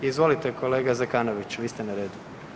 Izvolite kolega Zekanoviću, vi ste na redu.